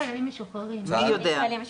זה לא חיילים משוחררים,